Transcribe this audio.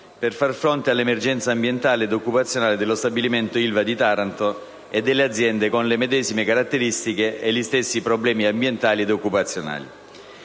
per far fronte all'emergenza ambientale ed occupazionale dello stabilimento Ilva di Taranto e delle aziende con le medesime caratteristiche e gli stessi problemi ambientali ed occupazionali.